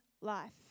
life